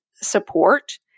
support